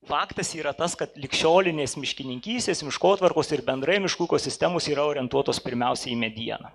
faktas yra tas kad ligšiolinės miškininkystės miškotvarkos ir bendrai miškų ekosistemos yra orientuotos pirmiausia į medieną